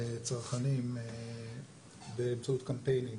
לצרכנים, באמצעות קמפיינים